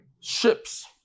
ships